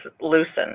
loosened